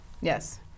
Yes